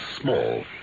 Small